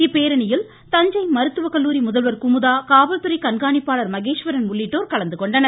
இப்பேரணியில் தஞ்சை மருத்துவக்கல்லூரி முதல்வர் குமுதா காவல்துறை கண்காணிப்பாளர் மகேஷ்வரன் உள்ளிட்டோர் கலந்துகொண்டனர்